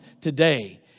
today